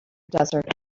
desert